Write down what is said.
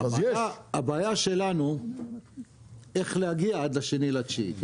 הבעיה שלנו איך להגיע עד ה-2.9.